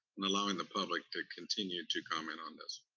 and allowing the public to continue to comment on this.